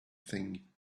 thing